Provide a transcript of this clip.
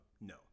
No